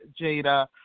Jada